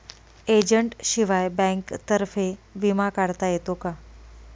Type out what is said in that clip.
एजंटशिवाय बँकेतर्फे विमा काढता येतो का?